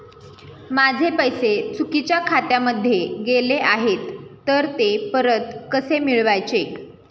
माझे पैसे चुकीच्या खात्यामध्ये गेले आहेत तर ते परत कसे मिळवायचे?